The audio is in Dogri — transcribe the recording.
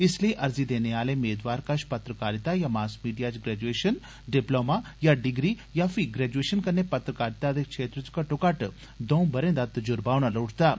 इस लेई अर्जी देने आले मेदवार कष पत्रकारिता जाँ मॉस मीडिया च ग्रैजुएषन डिपलोमा जाँ डिग्री जाँ पही ग्रैजुएषन कन्नै पत्रकारिता दे क्षेत्र च घट्टो घट्ट दऊं बरें दा तजुर्वा होना लोड़चदा ऐ